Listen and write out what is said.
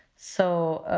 so